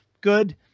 good